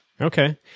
Okay